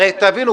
הרי תבינו,